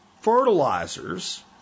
fertilizers